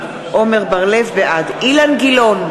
בעד אילן גילאון,